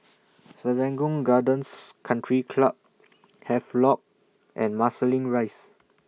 Serangoon Gardens Country Club Havelock and Marsiling Rise